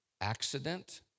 accident